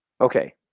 Okay